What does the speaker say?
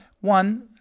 one